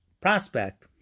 prospect